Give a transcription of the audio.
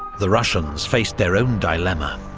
the russians faced their own dilemma.